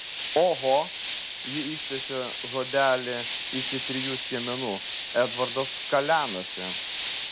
oho ji ištęsė žodelį iki trijų skiemenų edvardas kalenasi